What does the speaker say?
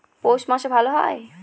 পৌষ মাসে ভালো হয়?